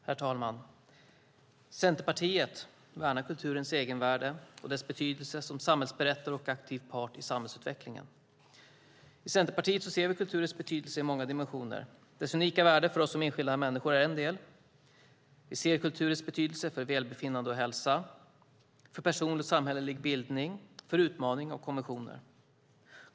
Herr talman! Centerpartiet värnar kulturens egenvärde och dess betydelse som samhällsberättare och aktiv part i samhällsutvecklingen. I Centerpartiet ser vi kulturens betydelse i många dimensioner. Dess unika värde för oss som enskilda människor är en del. Vi ser kulturens betydelse för välbefinnande och hälsa, för personlig och samhällelig bildning och för utmaning av konventioner.